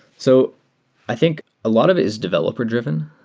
so i think a lot of it is developer-dr iven.